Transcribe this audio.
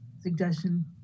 suggestion